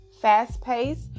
fast-paced